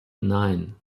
nein